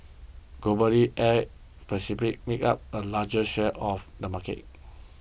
globally air Pacific makes up the largest share of the market